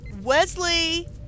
Wesley